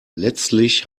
letztlich